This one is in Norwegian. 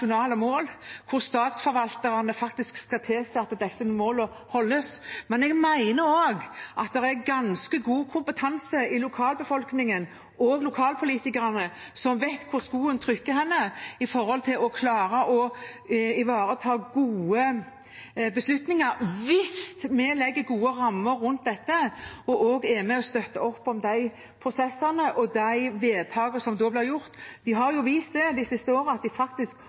mål hvor statsforvalterne faktisk skal tilse at disse målene holdes. Jeg mener også at det er ganske god kompetanse i lokalbefolkningen og hos lokalpolitikerne, som vet hvor skoen trykker når det gjelder å klare å ivareta gode beslutninger – hvis vi legger gode rammer rundt dette og også er med og støtter opp om prosessene og vedtakene som blir gjort. Vi har de siste årene vist at vi faktisk